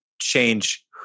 change